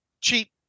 cheap